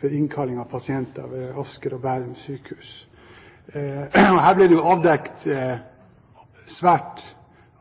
for innkalling av pasienter ved Sykehuset Asker og Bærum. Her blir det avdekket svært